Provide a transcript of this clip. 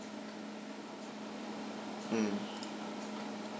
mm